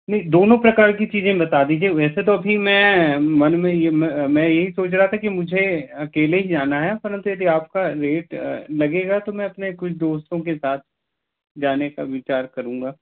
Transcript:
नहीं दोनों प्रकार की चीज़ें बता दीजिए वैसे तो अभी मैं मन में मैं यही सोंच रहा था कि मुझे अकेले ही जाना है परंतु यदि आपका रेट लगेगा तो मैं अपने कुछ दोस्तों के साथ जाने का विचार करूँगा